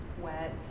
wet